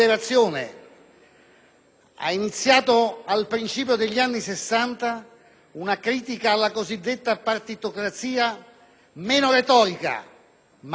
ha iniziato, al principio degli anni Sessanta, una critica alla cosiddetta partitocrazia meno retorica, ma non meno efficace,